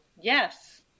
yes